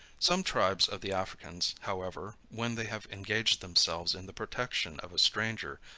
some tribes of the africans, however, when they have engaged themselves in the protection of a stranger,